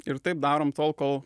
ir taip darome tol kol